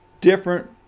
Different